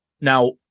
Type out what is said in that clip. Now